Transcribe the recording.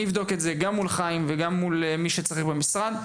אני אבדוק את זה גם מול חיים וגם מול מי שצריך במשרד,